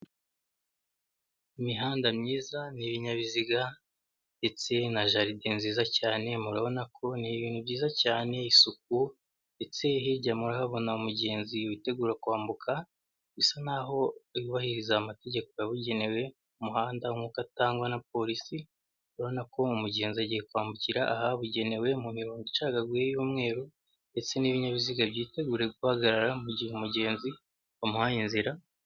Imihanda myiza ni ibinyabiziga ndetse na jaride nziza cyane murabona ko ni ibintu byiza cyane isuku ndetse hirya mura habona umugenzi witegura kwambuka bisa naho yubahiriza amategeko yabugenewe umuhanda nk'uko atangwa na polisi uruna umugenzi agiye kwambukira ahabugenewe mu mirongo icagaguye y'umweru ndetse n'ibinyabiziga byitegure guhagarara mu gihe umugenzi bamuhayeye inzira.